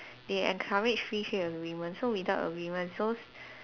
they encourage free trade agreement so without agreement so